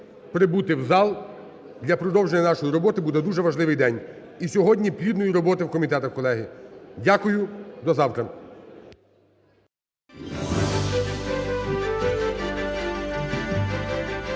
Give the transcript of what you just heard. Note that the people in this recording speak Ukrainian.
прибути в зал для продовження нашої роботи. Буде дуже важливий день. І сьогодні плідної роботи в комітетах, колеги. Дякую. До завтра.